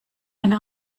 eine